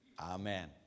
Amen